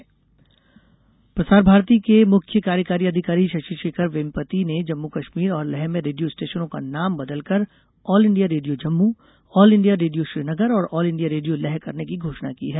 प्रसार भारती प्रसार भारती के मुख्य कार्यकारी अधिकारी शशिशेखर वेम्पति ने जम्मू कश्मीर और लेह में रेडियो स्टेशानों का नाम बदलकर all India radio Jammu all India radio Srinagar और ऑल इंडिया रेडियो लेह करने की घोषणा की है